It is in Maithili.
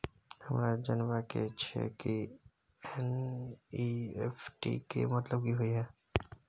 हमरा जनबा के छै की एन.ई.एफ.टी के मतलब की होए है?